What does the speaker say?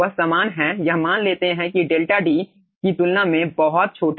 यह मान लेते हैं कि डेल्टा D की तुलना में बहुत छोटा है